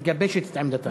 מגבשת את עמדתה.